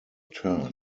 turn